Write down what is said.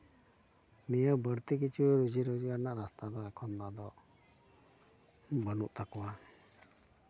ᱱᱤᱭᱟᱹ ᱵᱟᱹᱲᱛᱤ ᱠᱤᱪᱷᱩ ᱨᱳᱡᱤ ᱨᱳᱡᱽᱜᱟᱨ ᱨᱮᱭᱟᱜ ᱨᱟᱥᱛᱟ ᱫᱚ ᱮᱠᱷᱚᱱ ᱚᱱᱟ ᱫᱚ ᱵᱟᱹᱱᱩᱜ ᱛᱟᱠᱚᱣᱟ